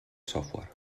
software